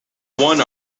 one